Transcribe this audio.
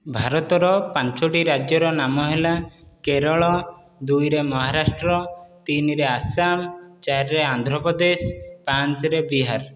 ଭାରତର ପାଞ୍ଚଟି ରାଜ୍ୟର ନାମ ହେଲା କେରଳ ଦୁଇରେ ମହାରାଷ୍ଟ୍ର ତିନିରେ ଆସାମ ଚାରିରେ ଆନ୍ଧ୍ରପ୍ରଦେଶ ପାଞ୍ଚରେ ବିହାର